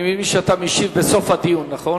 אני מבין שאתה משיב בסוף הדיון, נכון?